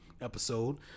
episode